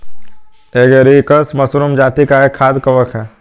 agaricus mushroom जाती का एक खाद्य कवक है